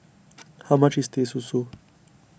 how much is Teh Susu